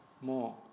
more